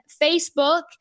Facebook